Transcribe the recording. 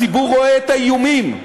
הציבור רואה את האיומים.